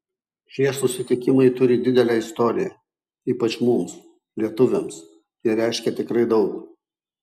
šie susitikimai turi didelę istoriją ypač mums lietuviams jie reiškia tikrai daug